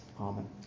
Amen